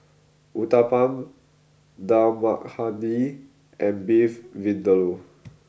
Uthapam Dal Makhani and Beef Vindaloo